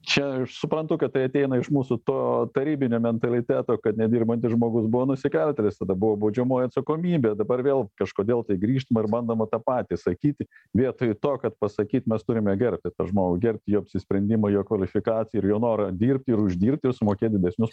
čia aš suprantu kad tai ateina iš mūsų to tarybinio mentaliteto kad nedirbantis žmogus buvo nusikaltėlis tada buvo baudžiamoji atsakomybė dabar vėl kažkodėl tai grįžtama ir bandoma tą patį sakyti vietoj to kad pasakyt mes turime gerbti žmogų gerbti jo apsisprendimą jo kvalifikaciją ir jo norą dirbti ir uždirbti ir sumokėt didesnius